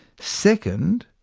second,